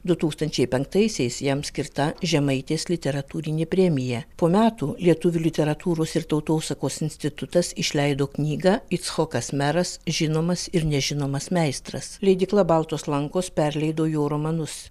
du tūkstančiai penktaisiais jam skirta žemaitės literatūrinė premija po metų lietuvių literatūros ir tautosakos institutas išleido knygą icchokas meras žinomas ir nežinomas meistras leidykla baltos lankos perleido jo romanus